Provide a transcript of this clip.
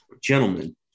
gentlemen